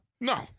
No